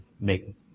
make